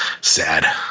Sad